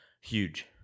huge